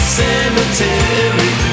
cemetery